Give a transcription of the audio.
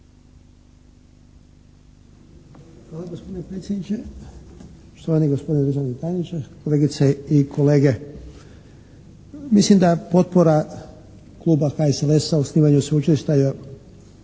Hvala gospodine predsjedniče. Poštovani gospodine državni tajniče, kolegice i kolege. Mislim da potpora kluba HSLS-a o osnivanju Sveučilišta u